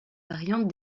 variantes